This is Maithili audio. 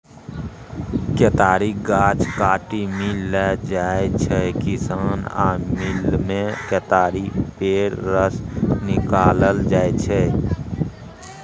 केतारीक गाछ काटि मिल लए जाइ छै किसान आ मिलमे केतारी पेर रस निकालल जाइ छै